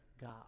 God